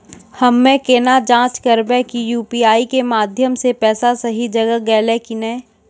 हम्मय केना जाँच करबै की यु.पी.आई के माध्यम से पैसा सही जगह गेलै की नैय?